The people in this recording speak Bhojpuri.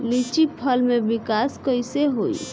लीची फल में विकास कइसे होई?